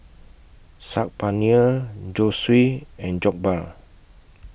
Saag Paneer Zosui and Jokbal